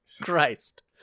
Christ